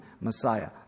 Messiah